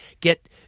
get